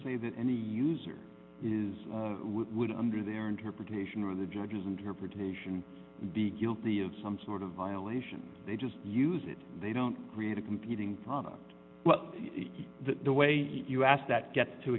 say that any user is would under their interpretation of the judge's interpretation be guilty of some sort of violation they just use it they don't create a competing product well the way you ask that gets to